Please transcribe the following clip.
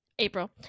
April